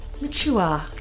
mature